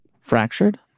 Fractured